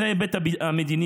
זה ההיבט המדיני,